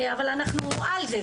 אבל אנחנו על זה.